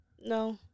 No